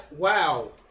Wow